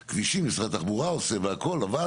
כבישים משרד התחבורה עושה והכל נכון.